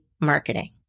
marketing